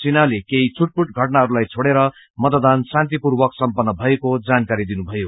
सिन्हाले केही छुटपुट घटनाहरूलाई छोड़ेर मतदान शान्तिपूर्वक सम्पन्न भएको जानकारी दिनुभयो